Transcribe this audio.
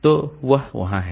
तो वह वहाँ है